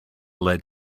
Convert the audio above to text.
led